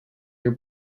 your